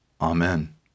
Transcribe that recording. Amen